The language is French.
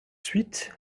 suite